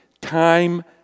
Time